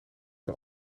van